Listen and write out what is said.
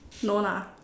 no lah